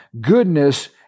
Goodness